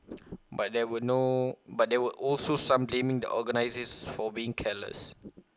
but there were no but there were also some blaming the organisers for being careless